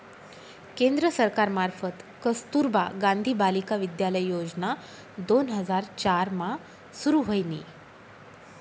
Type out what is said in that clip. केंद्र सरकार मार्फत कस्तुरबा गांधी बालिका विद्यालय योजना दोन हजार चार मा सुरू व्हयनी